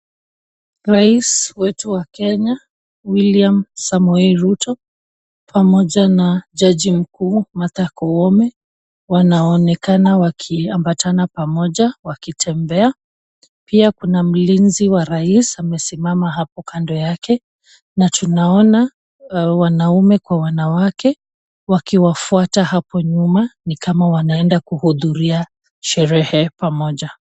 Rais wetu wa Kenya Rais William Samoei Ruto pamoja na jaji mkuu Martha Koome wanaonekana wakiambatana pamoja wakitembea. Pia kuna mlinzi wa rais amesimama hapo kando yake na tunaona wanaume kwa wanawake wakiwafuata hapo nyuma ni kama wanaenda kuhudhuria sherehe pamoja.